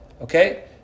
Okay